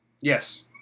Yes